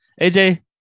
AJ